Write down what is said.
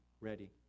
ready